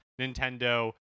Nintendo